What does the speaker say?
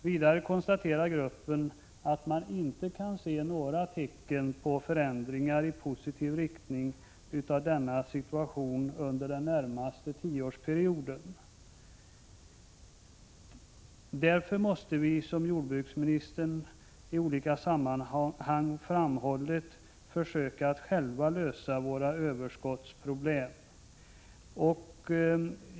Gruppen konstaterar vidare att man inte kan se några tecken till förändring av situationen i positiv riktning under den närmaste tioårsperioden. Vi måste därför — som jordbruksministern i olika sammanhang framhållit — försöka att själva lösa våra problem med överskottet.